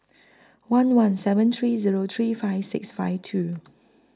one one seven three Zero three five six five two